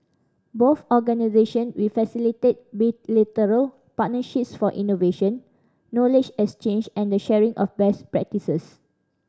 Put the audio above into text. both organisation will facilitate bilateral partnerships for innovation knowledge exchange and the sharing of best practices